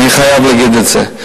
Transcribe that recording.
אני חייב להגיד את זה.